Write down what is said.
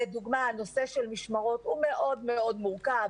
לדוגמה הנושא של משמרות הוא מאוד מורכב,